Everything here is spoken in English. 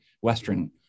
western